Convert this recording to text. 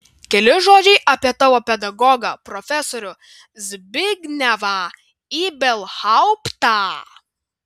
keli žodžiai apie tavo pedagogą profesorių zbignevą ibelhauptą